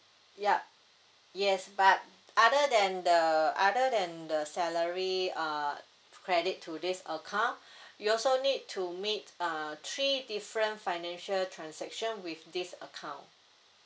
yup yes but other than the other than the salary uh credit to this account you also need to meet uh three different financial transaction with this account